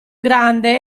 grande